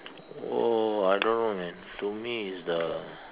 !wow! I don't know man to me is the